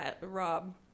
Rob